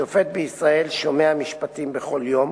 שופט בישראל שומע משפטים בכל יום